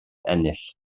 ennill